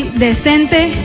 decente